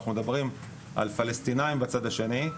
אנחנו מדברים על פלסטינאים בצד השני,